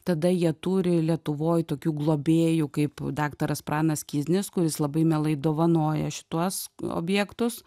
tada jie turi lietuvoj tokių globėjų kaip daktaras pranas kiznis kuris labai mielai dovanoja šituos objektus